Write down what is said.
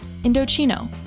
Indochino